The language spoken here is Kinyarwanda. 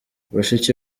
bashiki